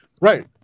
right